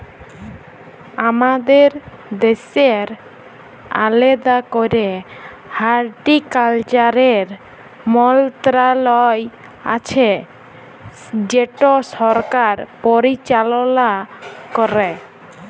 আমাদের দ্যাশের আলেদা ক্যরে হর্টিকালচারের মলত্রলালয় আছে যেট সরকার পরিচাললা ক্যরে